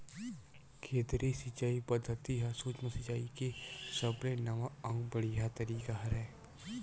केदरीय सिचई पद्यति ह सुक्ष्म सिचाई के सबले नवा अउ बड़िहा तरीका हरय